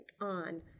on